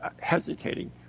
hesitating